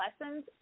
lessons